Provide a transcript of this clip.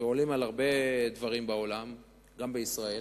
ועולים על הרבה דברים בעולם וגם בישראל,